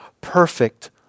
perfect